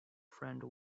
friend